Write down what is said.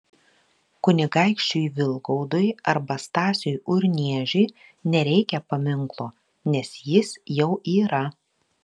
kunigaikščiui vilgaudui arba stasiui urniežiui nereikia paminklo nes jis jau yra